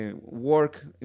work